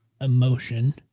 emotion